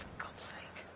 god's sake.